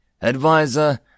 Advisor